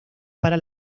para